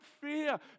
fear